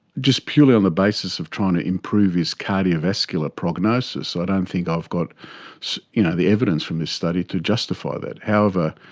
just purely on the basis of trying to improve his cardiovascular prognosis, i don't think i've got you know the evidence from this study to justify that. however,